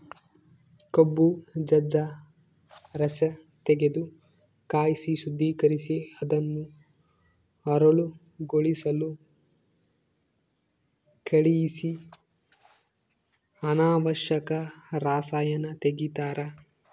ಕಬ್ಬು ಜಜ್ಜ ರಸತೆಗೆದು ಕಾಯಿಸಿ ಶುದ್ದೀಕರಿಸಿ ಅದನ್ನು ಹರಳುಗೊಳಿಸಲು ಕಳಿಹಿಸಿ ಅನಾವಶ್ಯಕ ರಸಾಯನ ತೆಗಿತಾರ